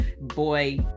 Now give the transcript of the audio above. boy